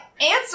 answer